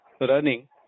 running